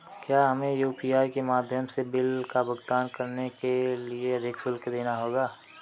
क्या हमें यू.पी.आई के माध्यम से बिल का भुगतान करने के लिए अधिक शुल्क देना होगा?